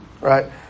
right